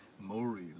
Mori